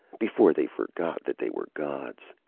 before they forgot that they were gods.